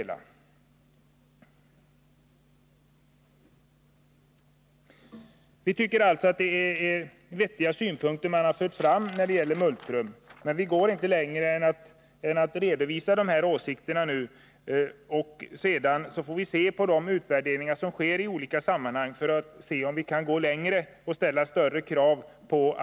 Utskottet tycker att de synpunkter som har förts fram när det gäller multrum är vettiga. Vi vill emellertid inte nu gå längre än till att redovisa dessa åsikter. Sedan får vi mot bakgrund av de utvärderingar som kommer att göras i olika sammanhang se om vi kan gå längre och ställa större krav.